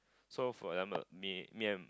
so for example me me and